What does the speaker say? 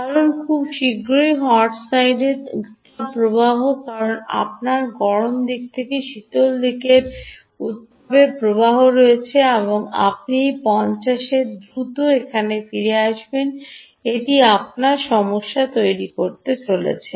কারণ খুব শীঘ্রই হট সাইডের উত্তাপ প্রবাহ কারণ আপনার গরম দিক থেকে শীতল দিকের উত্তাপের প্রবাহ রয়েছে আপনি এই 5০ এ দ্রুত এখানে ফিরে আসবেন এটি আপনার সমস্যা তৈরি করতে চলেছে